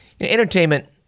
entertainment